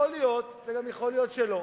יכול להיות, וגם יכול להיות שלא.